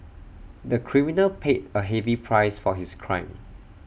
the criminal paid A heavy price for his crime